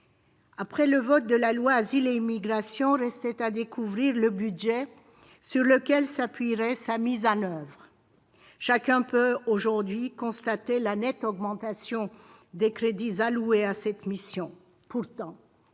Après le vote de la loi Asile et immigration, restait à découvrir le budget sur lequel s'appuierait sa mise en oeuvre. Chacun peut aujourd'hui constater la nette augmentation des crédits alloués à cette mission. Pourtant,